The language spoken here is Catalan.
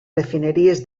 refineries